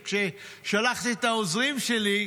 כששלחתי את העוזרים שלי,